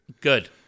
Good